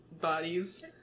bodies